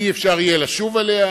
שלא יהיה אפשר לשוב על כך.